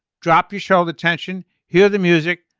drop your shoulder tension. hear the music.